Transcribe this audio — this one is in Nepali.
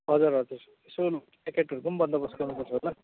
हजुर हजुर सानो प्याकेटहरूको पनि बन्दोबस्त गर्नुपर्छ होला